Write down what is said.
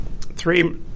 three